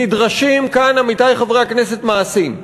נדרשים כאן, עמיתי חברי הכנסת, מעשים.